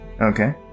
Okay